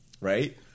right